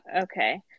Okay